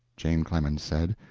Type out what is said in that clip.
jane clemens said,